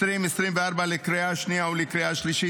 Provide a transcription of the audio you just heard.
התשפ"ה 2024, לקריאה שנייה ולקריאה שלישית.